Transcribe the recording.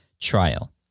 trial